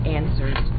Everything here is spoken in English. answers